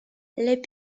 les